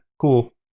Cool